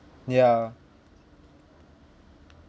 ya